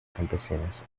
campesinas